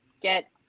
get